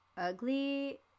ugly